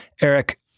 Eric